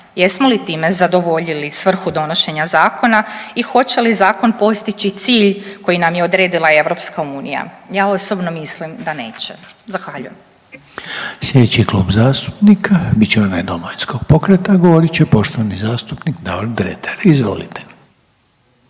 Jesmo li time zadovoljili svrhu donošenja zakona i hoće li zakon postići cilj koji nam je odredila EU? Ja osobno mislim da neće. Zahvaljujem. **Reiner, Željko (HDZ)** Slijedeći Klub zastupnika bit će onaj Domovinskog pokreta, a govorit će poštovani zastupnik Davor Dretar, izvolite.